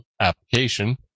application